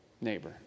neighbor